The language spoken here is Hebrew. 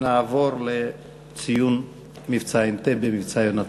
נעבור לציון מבצע אנטבה, "מבצע יונתן".